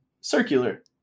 circular